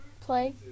play